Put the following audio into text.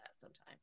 sometime